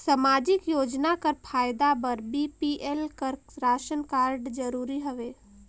समाजिक योजना कर फायदा बर बी.पी.एल कर राशन कारड जरूरी हवे?